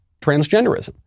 transgenderism